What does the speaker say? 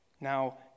now